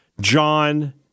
John